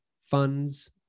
funds